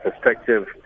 perspective